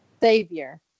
savior